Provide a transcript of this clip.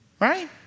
right